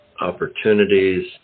opportunities